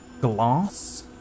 glass